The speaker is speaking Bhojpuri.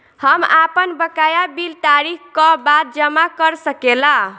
हम आपन बकाया बिल तारीख क बाद जमा कर सकेला?